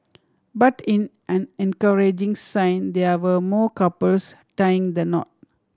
but in an encouraging sign there were more couples tying the knot